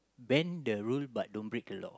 bend the rule but don't break the law